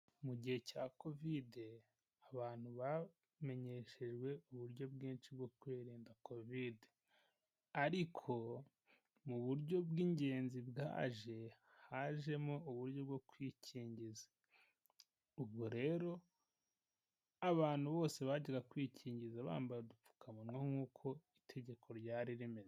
Mu gihe cya kovide abantu bamenyeshejwe uburyo bwinshi bwo kwirinda kovide ariko mu buryo bw'ingenzi bwaje hajemo uburyo bwo kwikingiza ubwo rero abantu bose bajyaga kwikingiza bambaye udupfukamunwa nk'uko itegeko ryari rimeze.